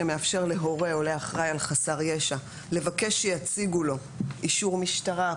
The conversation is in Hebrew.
שמאפשר להורה או לאחראי על חסר ישע לבקש שיציגו לו אישור משטרה.